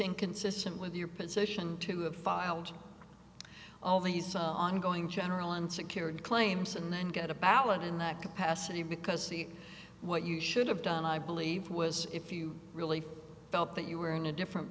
inconsistent with your position to have filed all these ongoing general and secured claims and then get a ballot in that capacity because what you should have done i believe was if you really felt that you were in a different